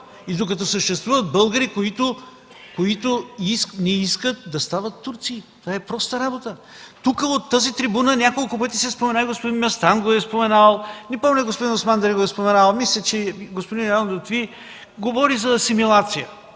и докато съществуват българи, които не искат да стават турци. Това е проста работа. Тук, от тази трибуна, няколко пъти се спомена, господин Местан го е споменавал, не помня господин Осман да го е споменавал – нищо, че господин Юнал Лютфи говори за асимилация,